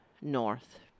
North